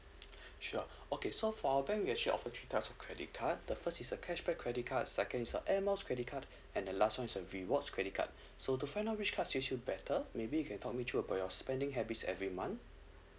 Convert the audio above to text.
sure okay so for our bank we actually offer three type of credit card the first is a cashback credit card second is a airmiles credit card and the last one is a rewards credit card so to find out which cards suit you better maybe you can talk me through about your spending habits every month